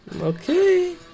Okay